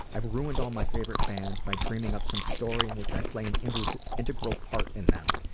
i've ruined all my favorite bands by dreaming up some story in which i play an integral integral part in them.